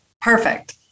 Perfect